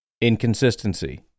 inconsistency